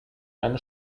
eine